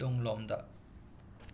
ꯇꯨꯡꯂꯣꯝꯗ